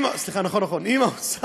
סליחה, נכון, נכון, עם האוצר.